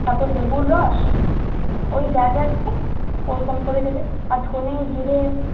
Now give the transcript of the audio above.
তারপর লেবুর রস ওই যা যা আছে ওরকম করে দেবে আর ধনে জিরে